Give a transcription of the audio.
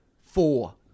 Four